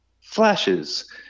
flashes